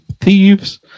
thieves